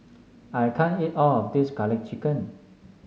I can't eat all of this garlic chicken